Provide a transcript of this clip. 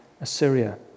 Assyria